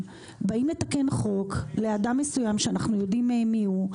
לתקן חוק לאדם מסוים שאנחנו יודעים מי הוא,